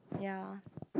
ya